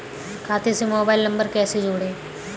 खाते से mobile number कैसे जोड़ें?